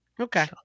Okay